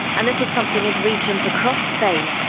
and this was something in regions across spain,